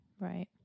Right